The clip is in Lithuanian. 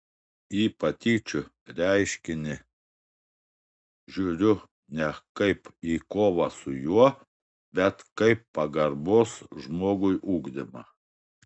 į patyčių reiškinį žiūriu ne kaip į kovą su juo bet kaip pagarbos žmogui ugdymą